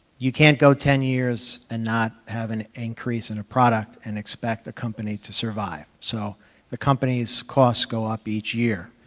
you can't can't go ten years and not have an increase in a product and expect a company to survive, so the company's costs go up each year.